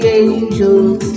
angels